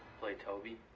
play toby.